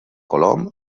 colom